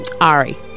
Ari